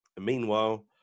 Meanwhile